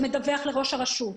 ממונה שמדווח לראש הרשות.